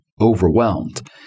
overwhelmed